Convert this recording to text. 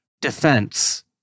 defense